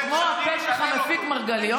זה כמו: הפה שלך מפיק מרגליות.